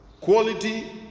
Quality